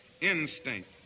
instinct